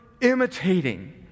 imitating